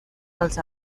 dels